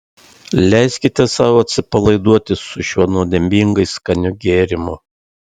leiskite sau atsipalaiduoti su šiuo nuodėmingai skaniu gėrimu